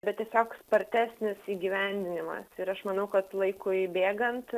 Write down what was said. bet tiesiog spartesnis įgyvendinimas ir aš manau kad laikui bėgant